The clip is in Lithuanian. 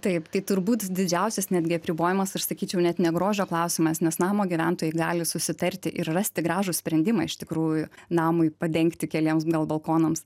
taip tai turbūt didžiausias netgi apribojimas aš sakyčiau net ne grožio klausimas nes namo gyventojai gali susitarti ir rasti gražų sprendimą iš tikrųjų namui padengti keliems gal balkonams